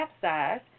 capsize